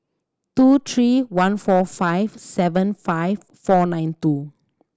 two three one four five seven five four nine two